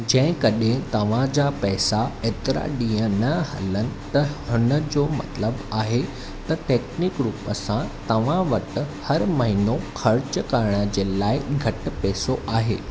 जेकड॒हिं तव्हांजा पैसा एतिरा ॾींहं न हलनि त हिन जो मतिलबु आहे त टेकनीक रूप सां तव्हां वटि हर महीनो ख़र्चु करण जे लाइ घटि पैसो आहे